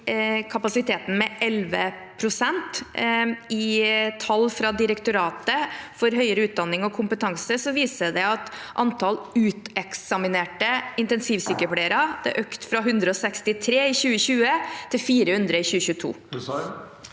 kapasiteten med 11 pst. Tall fra Direktoratet for høyere utdanning og kompetanse viser at antallet uteksaminerte intensivsykepleiere økte fra 163 i 2020 til 400 i 2022.